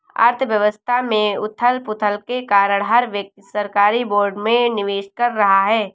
अर्थव्यवस्था में उथल पुथल के कारण हर व्यक्ति सरकारी बोर्ड में निवेश कर रहा है